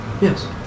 Yes